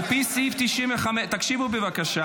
הקשיבו בבקשה,